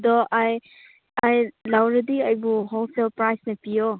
ꯑꯗꯣ ꯑꯩ ꯑꯩ ꯂꯧꯔꯗꯤ ꯑꯩꯕꯨ ꯍꯣꯜꯁꯦꯜ ꯄ꯭ꯔꯥꯏꯖꯇ ꯄꯤꯌꯣ